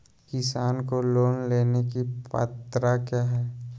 किसान को लोन लेने की पत्रा क्या है?